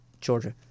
Georgia